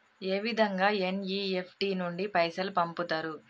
ఏ విధంగా ఎన్.ఇ.ఎఫ్.టి నుండి పైసలు పంపుతరు?